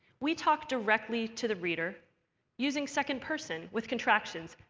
we talk directly to the reader using second person with contractions,